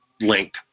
link